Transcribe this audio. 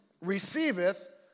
receiveth